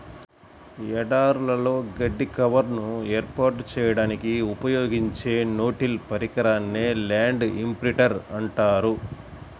ఎడారులలో గడ్డి కవర్ను ఏర్పాటు చేయడానికి ఉపయోగించే నో టిల్ పరికరాన్నే ల్యాండ్ ఇంప్రింటర్ అంటారు